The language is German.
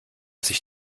sich